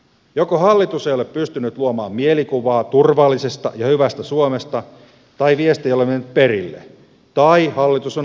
joko hallitus ei ole pystynyt luomaan mielikuvaa turvallisesta ja hyvästä suomesta tai viesti ei ole mennyt perille tai hallitus on alisuoriutunut tehtävästään